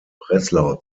breslau